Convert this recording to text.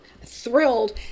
thrilled